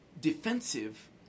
defensive